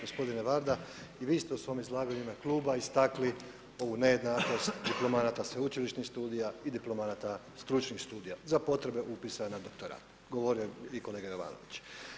Gospodine VArda i vi ste u svom izlaganju u ime kluba istakli ovu nejednakost diplomanata sveučilišnih studija i diplomanta stručnih studija za potrebe upisa na doktorat, govorio je i kolega Jovanović.